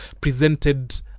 presented